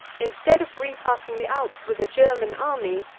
instead of repassing the alps with a german army,